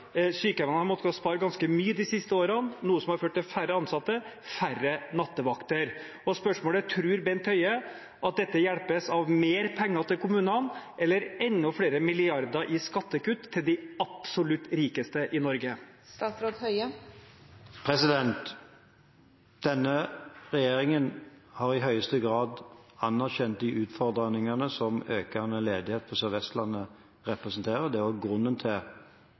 sykehjemmene har måttet spare ganske mye de siste årene, noe som har ført til færre ansatte, færre nattevakter. Spørsmålet er: Tror statsråd Bent Høie at dette hjelpes av mer penger til kommunene eller enda flere milliarder i skattekutt til de absolutt rikeste i Norge? Denne regjeringen har i høyeste grad anerkjent de utfordringene som økende ledighet på Sør-Vestlandet representerer, det er også grunnen til